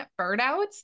burnouts